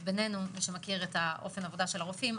מי שמכיר את אופן העבודה של הרופאים,